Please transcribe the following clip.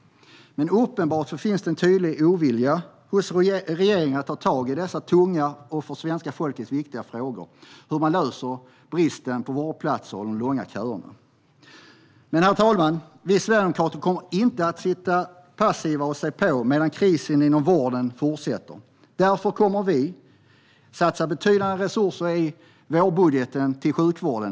Men det är uppenbart att det finns en tydlig ovilja hos regeringen att ta tag i dessa tunga och för svenska folket viktiga frågor om hur man löser bristen på vårdplatser och de långa köerna. Herr talman! Vi sverigedemokrater kommer inte att sitta passiva och se på medan krisen inom vården fortsätter. Därför kommer vi att satsa betydande resurser i vårbudgeten på sjukvården.